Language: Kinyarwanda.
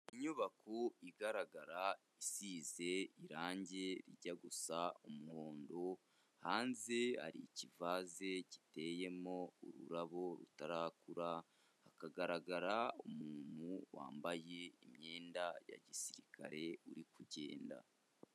Inyubako igaragara, isize irangi rijya gusa umuhondo, hanze ari ikivaze giteyemo ururabo rutarakura, hakagaragara umuntu wambaye imyenda ya gisirikare, uri kugenda.